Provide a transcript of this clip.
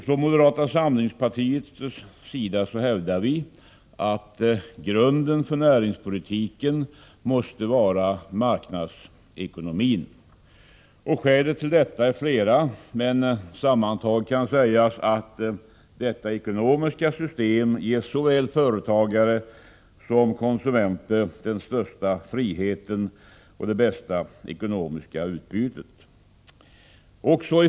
Från moderata samlingspartiets sida hävdar vi att grunden för näringspolitiken måste vara marknadsekonomin. Skälen till detta är flera, men sammantaget kan sägas att detta ekonomiska system ger såväl företagare som konsumenter den största friheten och det bästa ekonomiska utbytet.